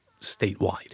statewide